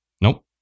nope